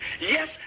yes